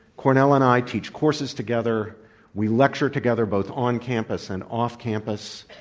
cornel and i teach courses together we lecture together, both on campus and off campus,